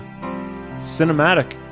Cinematic